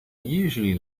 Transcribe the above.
usually